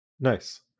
Nice